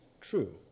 true